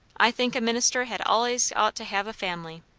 i think a minister had allays ought to have a family.